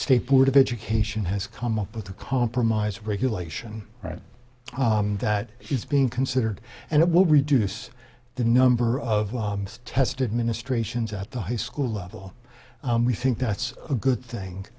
state board of education has come up with a compromise regulation right that he's being considered and it will reduce the number of well tested ministrations at the high school level we think that's a good thing